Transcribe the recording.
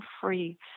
free